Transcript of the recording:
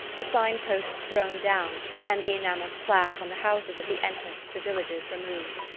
the sign-posts thrown down and the enamelled plaques on the houses at the entrance to the villages removed.